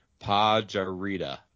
Pajarita